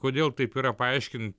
kodėl taip yra paaiškint